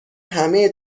همه